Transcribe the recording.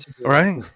right